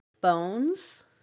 bones